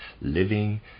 living